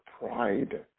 pride